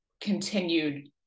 continued